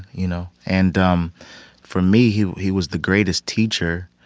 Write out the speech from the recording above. you know? and um for me, he he was the greatest teacher.